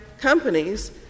companies